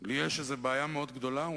לי יש בעיה מאוד גדולה,